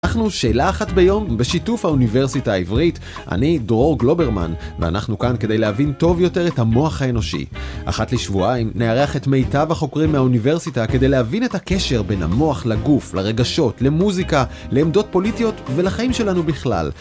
אנחנו שאלה אחת ביום, בשיתוף האוניברסיטה העברית. אני דרור גלוברמן, ואנחנו כאן כדי להבין טוב יותר את המוח האנושי. אחת לשבועיים נארח את מיטב החוקרים מהאוניברסיטה כדי להבין את הקשר בין המוח לגוף, לרגשות, למוזיקה, לעמדות פוליטיות ולחיים שלנו בכלל.